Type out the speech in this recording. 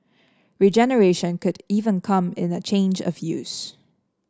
regeneration could even come in a change of use